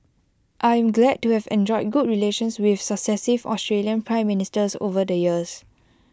I am glad to have enjoyed good relations with successive Australian Prime Ministers over the years